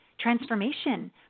transformation